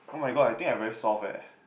[oh]-my-god I think I very soft eh